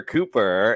Cooper